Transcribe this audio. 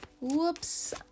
whoops